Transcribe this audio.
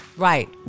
Right